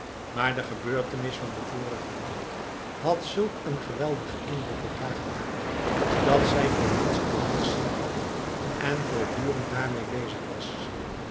maar de gebeurtenis van den vorigen nacht had zulk een geweldigen indruk op haar gemaakt dat zij voor niets anders zin had en voortdurend daarmee bezig was